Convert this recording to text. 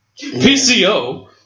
PCO